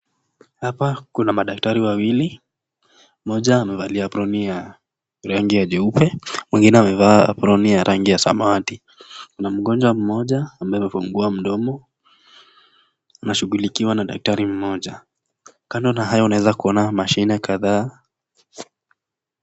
Hapa kuna madaktari wawili, mmoja amevalia aproni ya rangi ya jeupe wengine wamevaa aproni ya rangi ya samawati. Kuna mgonjwa mmoja ambaye amefungua mdomo, anashughulikiwa na daktari mmoja. Kando na hayo unaeza kuona mashine kadhaa.